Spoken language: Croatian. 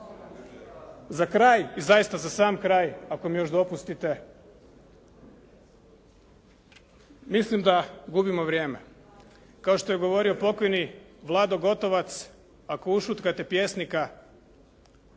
Za kraj i zaista za sam kraj ako mi još dopustite, mislim da gubimo vrijeme. Kao što je govorio pokojni Vlado Gotovac ako ušutkate pjesnika,